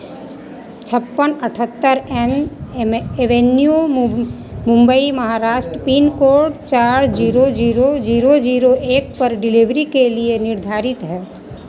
छप्पन अठत्तर Elm Avenue Mumbai Maharashtra pin code चार ज़ीरो ज़ीरो ज़ीरो ज़ीरो एक पर डिलीवरी के लिए निर्धारित है